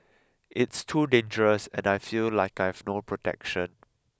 it's too dangerous and I feel like I have no protection